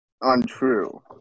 untrue